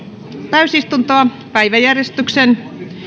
täysistuntoa päiväjärjestyksen